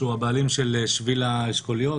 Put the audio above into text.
שהוא הבעלים של שביל האשכוליות,